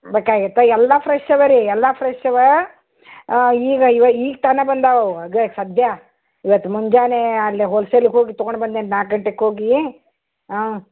ಬೇಕಾಗಿತ್ತಾ ಎಲ್ಲ ಫ್ರೆಶ್ ಇದೆ ರೀ ಎಲ್ಲ ಫ್ರೆಶ್ ಇದೆ ಈಗ ಇವಾಗ ಈಗ ತಾನೇ ಬಂದಿವೆ ಅವು ಅದೇ ಸದ್ಯ ಇವತ್ತು ಮುಂಜಾನೆ ಅಲ್ಲಿ ಹೋಲ್ಸೇಲಿಗೆ ಹೋಗಿ ತೊಗೊಂಡು ಬಂದೇನೆ ನಾಲ್ಕು ಗಂಟೆಗ್ ಹೋಗಿ ಹಾಂ